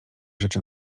rzeczy